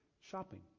shopping